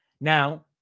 Now